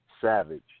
savage